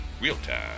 real-time